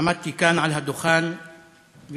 עמדתי כאן על הדוכן ונשאתי